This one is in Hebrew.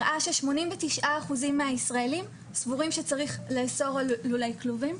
הראה ש-89% מהישראלים סבורים שצריך לאסור לולי כלובים.